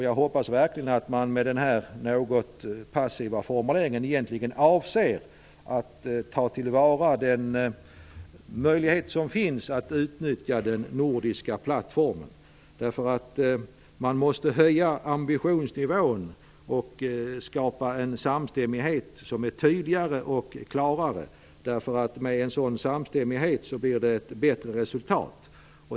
Jag hoppas verkligen att man med denna något passiva formulering egentligen avser att ta till vara den möjlighet som finns att utnyttja den nordiska plattformen. Man måste nämligen höja ambitionsnivån och skapa en samstämmighet som är tydligare och klarare. Med en sådan samstämmighet blir det ju ett bättre resultat.